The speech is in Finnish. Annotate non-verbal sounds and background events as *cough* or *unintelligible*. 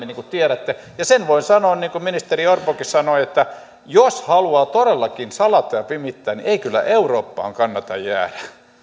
*unintelligible* niin kuin tiedätte ja sen voin sanoa niin kuin ministeri orpokin sanoi että jos haluaa todellakin salata ja pimittää ei kyllä eurooppaan kannata jäädä